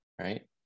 right